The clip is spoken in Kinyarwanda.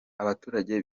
abaturage